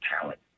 talent